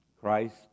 Christ